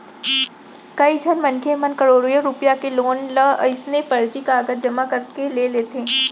कइझन मनखे मन करोड़ो रूपिया के लोन ल अइसने फरजी कागज जमा करके ले लेथे